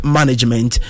Management